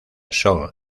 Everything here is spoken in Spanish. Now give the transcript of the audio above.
son